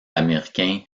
américain